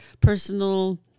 personal